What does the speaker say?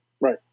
Right